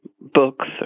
books